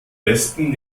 besten